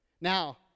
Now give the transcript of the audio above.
Now